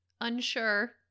unsure